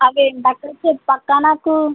అదేంటక్కా చెప్పు అక్క నాకు